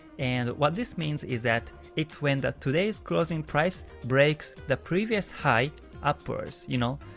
and what this means is that it's when the today's closing price breaks the previous high upwards, you know,